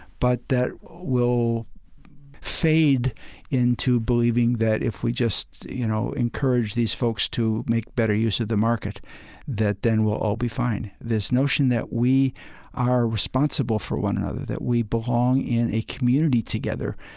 but that will fade into believing that if we just, you know, encourage these folks to make better use of the market that then we'll all be fine. this notion that we are responsible for one another, that we belong in a community together,